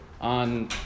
on